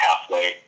halfway